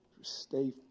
stay